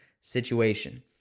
situation